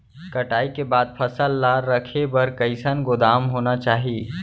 कटाई के बाद फसल ला रखे बर कईसन गोदाम होना चाही?